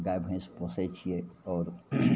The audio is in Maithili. गाइ भैँस पोसै छिए आओर